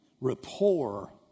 rapport